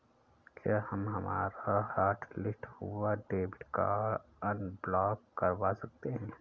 क्या हम हमारा हॉटलिस्ट हुआ डेबिट कार्ड अनब्लॉक करवा सकते हैं?